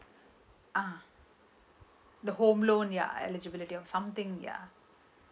ah the home loan ya eligibility of something ya